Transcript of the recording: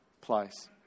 place